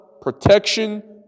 protection